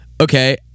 Okay